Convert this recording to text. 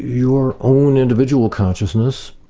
your own individual consciousness,